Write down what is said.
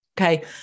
Okay